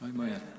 Amen